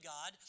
God